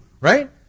right